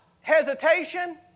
hesitation